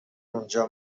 اونجا